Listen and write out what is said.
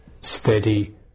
steady